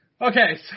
Okay